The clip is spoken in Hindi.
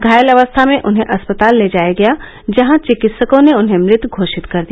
घायल अवस्था में उन्हें अस्पताल ले जाया गया जहां चिकित्सकों ने उन्हें मृत घोषित कर दिया